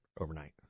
overnight